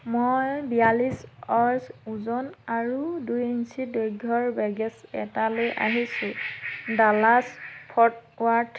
মই বিয়াল্লিছ অ'জ ওজন আৰু দুই ইঞ্চি দৈৰ্ঘ্যৰ বেগেজ এটা লৈ আহিছো ডালাছ ফৰ্ট ৱাৰ্থ